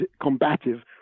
combative